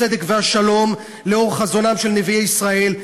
הצדק והשלום לאור חזונם של נביאי ישראל,